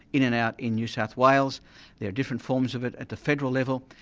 in and out in new south wales there are different forms of it at the federal level,